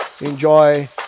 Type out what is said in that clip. enjoy